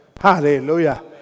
Hallelujah